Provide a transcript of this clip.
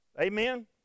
Amen